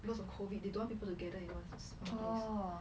because of COVID they don't want people together in one small place